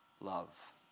love